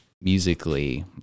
Musically